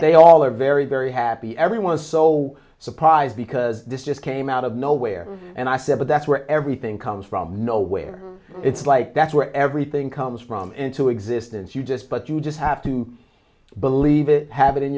they all are very very happy everyone is so surprised because this just came out of nowhere and i said that's where everything comes from nowhere it's like that's where everything comes from into existence you just but you just have to believe it have it in